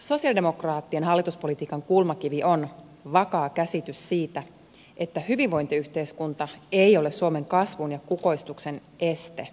sosialidemokraattien hallituspolitiikan kulmakivi on vakaa käsitys siitä että hyvinvointiyhteiskunta ei ole suomen kasvun ja kukoistuksen este vaan sen turva